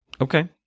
Okay